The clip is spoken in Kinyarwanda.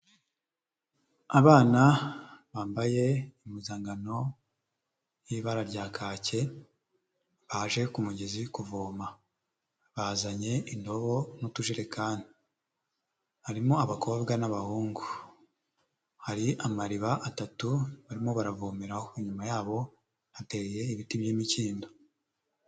Abana bambaye impuzangano y'ibara rya kacye, baje ku mugezi kuvoma, bazanye indobo n'utujerekani. Harimo abakobwa n'abahungu, hari amariba atatu barimo baravomeraho, inyuma yabo hateyeye ibiti by'imikindo.